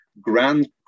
Grand